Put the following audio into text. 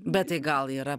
bet tai gal yra